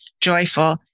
joyful